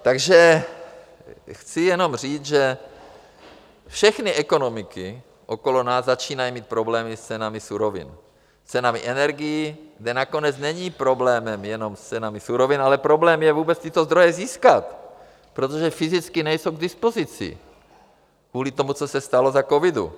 Takže chci jenom říct, že všechny ekonomiky okolo nás začínají mít problémy s cenami surovin, s cenami energií, kde nakonec není problémem jenom s cenami surovin, ale problém je vůbec tyto zdroje získat, protože fyzicky nejsou k dispozici kvůli tomu, co se stalo za covidu.